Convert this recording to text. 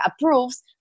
approves